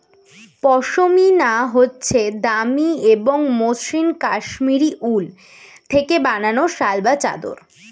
পশমিনা হচ্ছে দামি এবং মসৃন কাশ্মীরি উল থেকে বানানো শাল বা চাদর